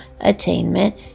Attainment